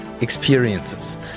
experiences